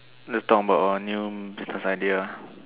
note down about our new business idea